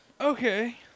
Okay